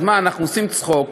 אז מה, אנחנו עושים צחוק?